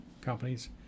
companies